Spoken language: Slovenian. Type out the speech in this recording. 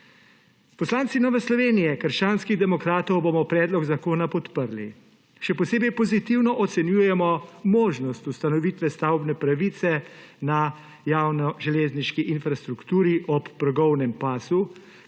Poslanci Nove Slovenije – krščanski demokrati bomo predlog zakona podprli, še posebej pozitivno ocenjujemo možnost ustanovitve stavbne pravice na javni železniški infrastrukturi ob progovnem pasu,